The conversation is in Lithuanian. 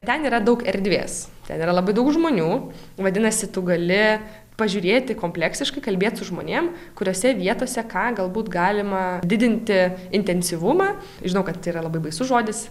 ten yra daug erdvės ten yra labai daug žmonių vadinasi tu gali pažiūrėti kompleksiškai kalbėt su žmonėm kuriose vietose ką galbūt galima didinti intensyvumą žinau kad yra labai baisus žodis